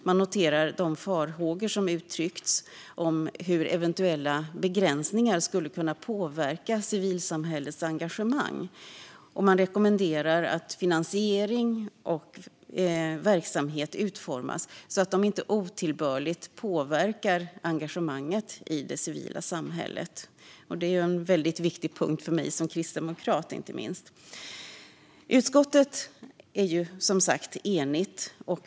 Man noterar de farhågor som uttryckts om hur eventuella begränsningar skulle kunna påverka civilsamhällets engagemang och rekommenderar att finansiering och verksamhet utformas så att de inte otillbörligt påverkar engagemanget i det civila samhället. Det är en väldigt viktig punkt inte minst för mig som kristdemokrat. Utskottet är som sagt enigt.